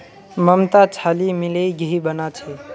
ममता छाली मिलइ घी बना छ